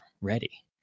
ready